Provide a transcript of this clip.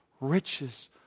Riches